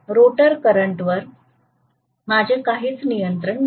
तर रोटरचा विचार केल्यास रोटर करंटवर माझे काहीच नियंत्रण नाही